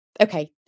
Okay